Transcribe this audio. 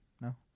No